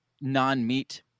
non-meat